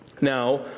Now